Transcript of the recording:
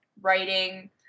writing